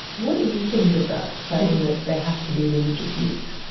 what do you think of that, saying that there has to be religious use?